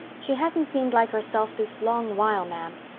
she hasn't seemed like herself this long while, ma'am.